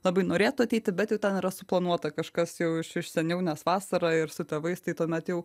labai norėtų ateiti bet jau ten yra suplanuota kažkas jau iš seniau nes vasara ir su tėvais tai tuomet jau